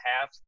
half